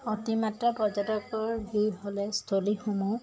অতিমাত্ৰা পৰ্যটকৰ ভিৰ হ'লে স্থলীসমূহ